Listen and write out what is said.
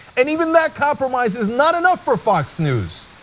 and even that compromise is not enough for fox news.